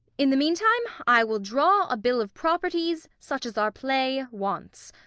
in the meantime i will draw a bill of properties, such as our play wants.